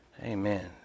Amen